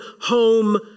home